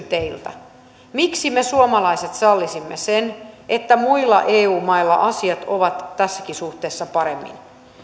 teiltä miksi me suomalaiset sallisimme sen että muilla eu mailla asiat ovat tässäkin suhteessa paremmin